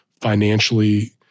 financially